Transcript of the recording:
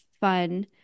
fun